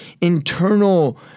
internal